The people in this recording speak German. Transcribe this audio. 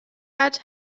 hat